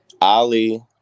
Ali